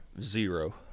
Zero